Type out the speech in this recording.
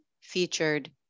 featured